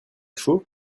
chaud